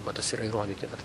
va tas yra įrodyta kad